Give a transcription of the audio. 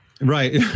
Right